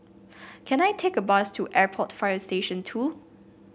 can I take a bus to Airport Fire Station Two